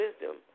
wisdom